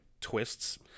twists